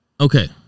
Okay